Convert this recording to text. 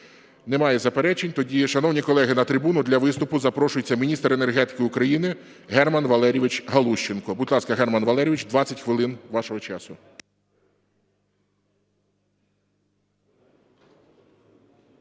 Немає заперечень. Тоді, шановні колеги, на трибуну для виступу запрошується міністр енергетики України Герман Валерійович Галущенко. Будь ласка, Герман Валерійович, 20 хвилин вашого часу.